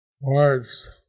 words